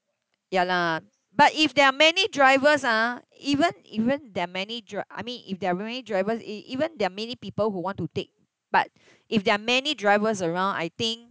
ya lah but if there are many drivers ah even even there are many dri~ I mean if they're many drivers even there are many people who want to take but if there are many drivers around I think